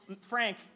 Frank